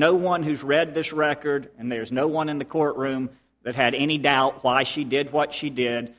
no one who's read this record and there's no one in the courtroom that had any doubt why she did what she did